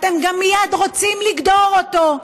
אתם גם מייד רוצים לגדור אותו,